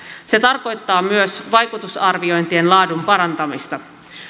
se tarkoittaa myös vaikutusarviointien laadun parantamista